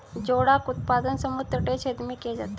जोडाक उत्पादन समुद्र तटीय क्षेत्र में किया जाता है